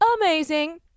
Amazing